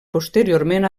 posteriorment